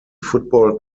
football